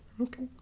Okay